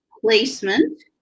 placement